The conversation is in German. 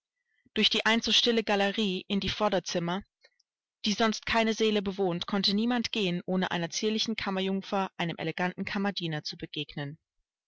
durch die einst so stille galerie in die vorderzimmer die sonst keine seele bewohnt konnte niemand gehen ohne einer zierlichen kammerjungfer einem eleganten kammerdiener zu begegnen